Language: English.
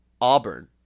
Auburn